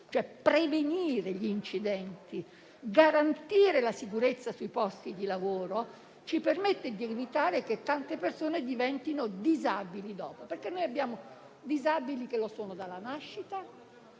prevenire gli incidenti e garantire la sicurezza sui posti di lavoro ci permette di evitare che tante persone diventino disabili dopo, perché abbiamo disabili che lo sono dalla nascita